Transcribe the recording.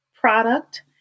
product